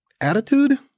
attitude